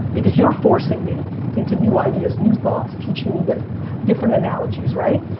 because you're forcing me into new ideas, new thoughts, teaching me different different analogies, right?